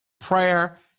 Prayer